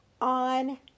On